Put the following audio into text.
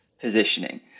positioning